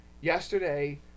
Yesterday